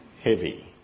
Heavy